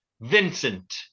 Vincent